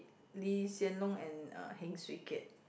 Lee Hsien Loong and uh Heng Swee Keat